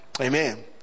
Amen